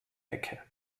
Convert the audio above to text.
decke